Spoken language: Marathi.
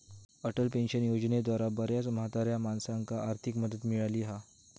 अटल पेंशन योजनेद्वारा बऱ्याच म्हाताऱ्या माणसांका आर्थिक मदत मिळाली हा